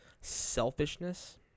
Selfishness